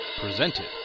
presented